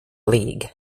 league